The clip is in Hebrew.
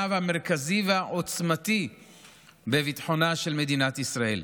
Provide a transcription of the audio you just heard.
המרכזי והעוצמתי בביטחונה של מדינת ישראל.